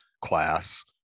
class